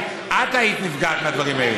את היית נפגעת מהדברים האלה.